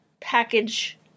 package